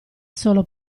solo